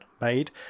made